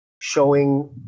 showing